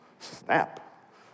Snap